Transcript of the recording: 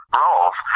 roles